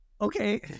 Okay